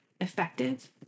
effective